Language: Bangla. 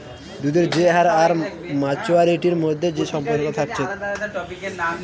সুদের যে হার আর মাচুয়ারিটির মধ্যে যে সম্পর্ক থাকছে থাকছে